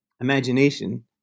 imagination